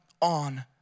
on